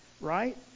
right